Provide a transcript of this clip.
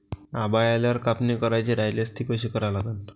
आभाळ आल्यावर कापनी करायची राह्यल्यास ती कशी करा लागन?